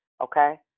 Okay